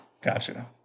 gotcha